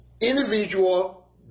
individual